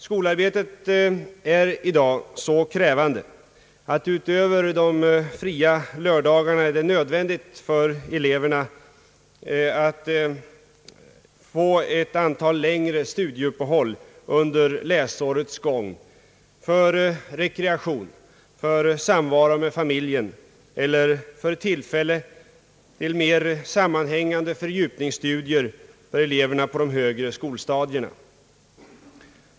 Skolarbetet är i dag så krävande att det är nödvändigt att eleverna, utöver de fria lördagarna, får ett antal längre studieuppehåll under läsårets gång för rekreation, samvaro med familjen eller för tillfälle till mer sammanhängande fördjupningsstudier för eleverna på de högre skolstadierna.